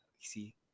see